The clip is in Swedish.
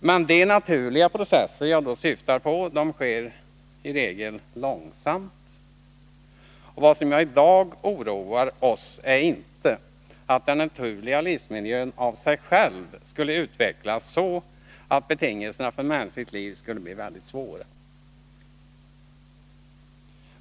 Men de naturliga processer jag då syftar på sker i regel långsamt. Vad som i dag oroar oss är inte att den naturliga livsmiljön av sig själv skulle utvecklas så att betingelserna för mänskligt liv skulle bli väldigt svåra.